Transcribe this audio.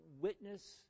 witness